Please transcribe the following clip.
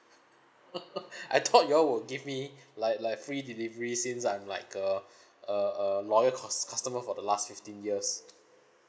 I thought you all will give me like like free delivery since I'm like a a a loyal cos~ customer for the last fifteen years